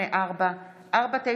384/23,